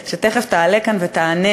היא כבר בסיום המשפט האחרון שלה.